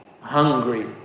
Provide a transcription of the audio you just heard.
hungry